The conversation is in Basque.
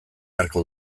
beharko